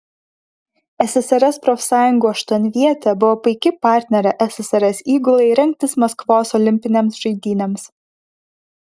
ssrs profsąjungų aštuonvietė buvo puiki partnerė ssrs įgulai rengtis maskvos olimpinėms žaidynėms